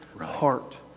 heart